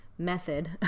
method